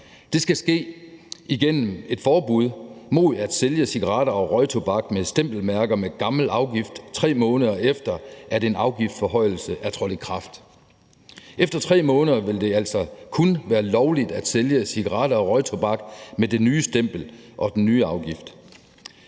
Det skal ske igennem et forbud mod at sælge cigaretter og røgtobak med stempelmærker med gammel afgift, 3 måneder efter at en afgiftsforhøjelse er trådt i kraft. Efter 3 måneder vil det altså kun være lovligt at sælge cigaretter og røgtobak med det nye stempel og den nye afgift.